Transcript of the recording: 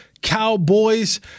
Cowboys